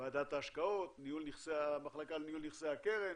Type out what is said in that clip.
ועדת ההשקעות, המחלקה לניהול נכסי הקרן